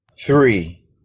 three